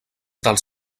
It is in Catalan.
dels